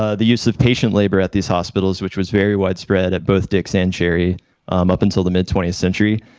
ah the use of patient labor at these hospitals, which was very widespread at both dix and cherry up until the mid twentieth century,